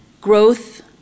growth